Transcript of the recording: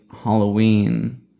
Halloween